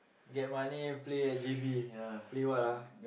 get money play at J_B play what ah